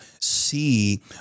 see